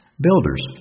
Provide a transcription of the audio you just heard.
Builders